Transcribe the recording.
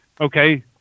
okay